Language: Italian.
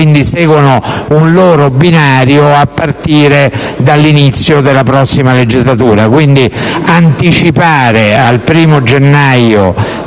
quindi seguono un loro binario a partire dall'inizio della prossima legislatura.